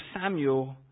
Samuel